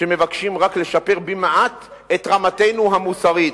שמבקשים רק לשפר במעט את רמתנו המוסרית.